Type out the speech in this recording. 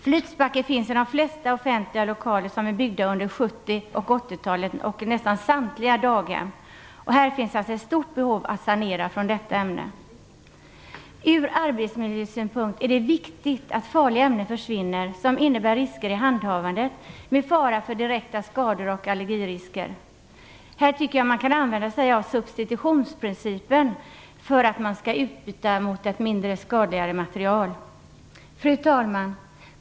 Flytspackel finns i de flesta offentliga lokaler som är byggda under 70 och 80-talen och i nästan samtliga daghem. Här finns ett stort behov att sanera. Ur arbetsmiljösynpunkt är det viktigt att farliga ämnen som innebär risker i handhavandet med fara för direkta skador och allergier försvinner. Här tycker jag att man kan använda sig av substitutionsprincipen för att byta ut mot mindre skadliga material. Fru talman!